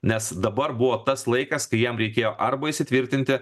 nes dabar buvo tas laikas kai jiem reikėjo arba įsitvirtinti